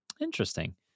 Interesting